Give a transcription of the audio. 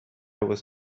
was